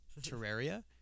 Terraria